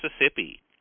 Mississippi